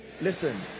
Listen